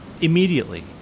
Immediately